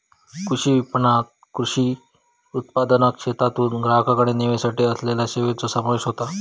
कृषी विपणणात कृषी उत्पादनाक शेतातून ग्राहकाकडे नेवसाठी असलेल्या सेवांचो समावेश होता